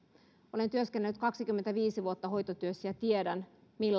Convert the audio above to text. olen työskennellyt kaksikymmentäviisi vuotta hoitotyössä ja tiedän